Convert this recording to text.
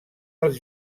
als